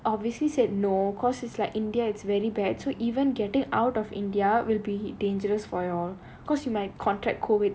obviously said no beause it's like india it's very bad so even getting out of india will be dangerous for you all because might contract COVID